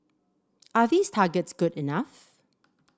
are these targets good enough